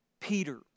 Peter